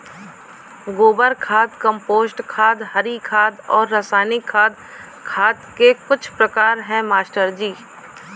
गोबर खाद कंपोस्ट खाद हरी खाद और रासायनिक खाद खाद के कुछ प्रकार है मास्टर जी